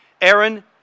Aaron